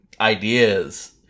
ideas